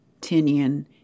Tinian